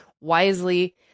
wisely